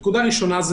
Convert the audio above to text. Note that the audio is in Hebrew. נקודה ראשונה,